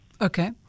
Okay